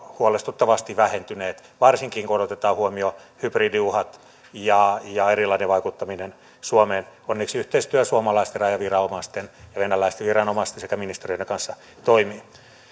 huolestuttavasti vähentyneet varsinkin kun otetaan huomioon hybridiuhat ja ja erilainen vaikuttaminen suomeen onneksi yhteistyö suomalaisten rajaviranomaisten ja venäläisten viranomaisten sekä ministeriöiden kanssa toimii